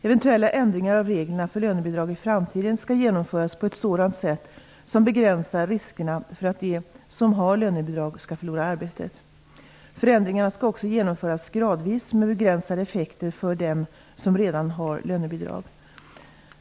Eventuella ändringar av reglerna för lönebidrag i framtiden skall genomföras på ett sätt som begränsar riskerna för att de som har lönebidrag skall förlora arbetet. Förändringarna skall också genomföras gradvis med begränsade effekter för dem som redan har lönebidrag.